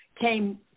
came